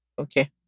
Okay